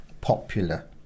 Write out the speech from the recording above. popular